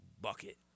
bucket